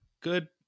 good